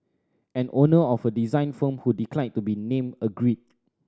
an owner of a design firm who declined to be named agreed